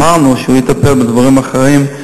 אמרנו שהוא יטפל בדברים אחרים,